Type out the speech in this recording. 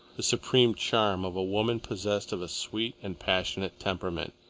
the supreme charm of a woman possessed of a sweet and passionate temperament,